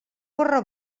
corre